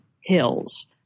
hills